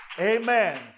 Amen